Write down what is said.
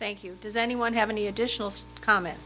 thank you does anyone have any additional comment